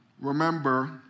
remember